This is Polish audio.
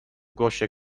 głosie